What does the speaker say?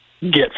get